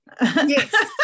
Yes